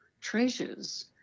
treasures